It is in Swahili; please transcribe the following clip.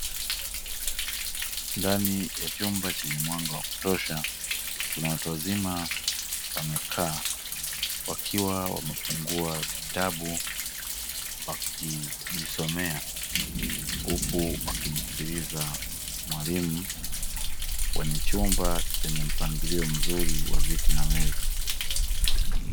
Ndani ya chumba chenye mwanga wakutosha, kuna watu wazima wamekaa wakiwa wamefungua vitabu wakijisomea, huku wakimsikiliza mwalimu kwenye chumba chenye mpangilio mzuri wa viti na meza.